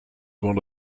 one